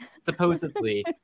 supposedly